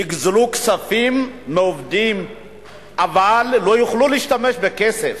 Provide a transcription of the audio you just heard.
יגזלו כספים מהעובדים אבל לא יוכלו להשתמש בכסף.